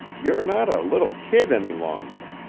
you're not a little kid any longer.